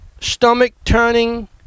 stomach-turning